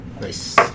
Nice